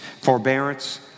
forbearance